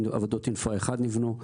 עבודות אינפרה 1 נבנו,